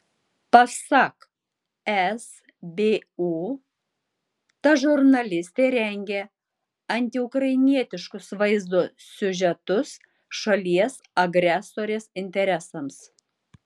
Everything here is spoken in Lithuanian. pasak sbu ta žurnalistė rengė antiukrainietiškus vaizdo siužetus šalies agresorės interesams